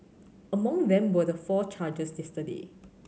among them were the four charged yesterday